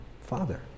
Father